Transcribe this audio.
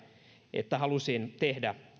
että halusin tehdä